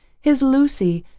his lucy,